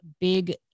big